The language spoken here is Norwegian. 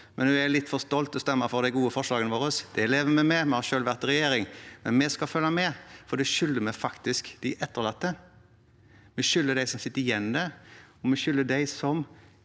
men hun er litt for stolt til å stemme for de gode forslagene våre. Det lever vi med, vi har selv vært i regjering. Men vi skal følge med, for det skylder vi faktisk de etterlatte. Vi skylder det til dem som sitter igjen, og vi skylder det